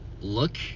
look